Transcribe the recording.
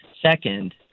Second